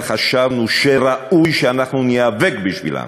אבל חשבנו שראוי שאנחנו ניאבק בשבילם.